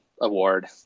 award